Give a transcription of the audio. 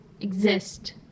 exist